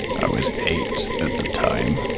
i was eight at the time.